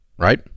right